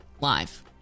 live